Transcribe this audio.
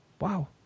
Wow